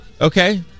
Okay